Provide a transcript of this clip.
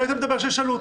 לא היית אומר שיש עלות.